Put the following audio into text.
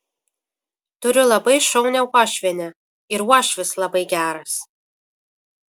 turiu labai šaunią uošvienę ir uošvis labai geras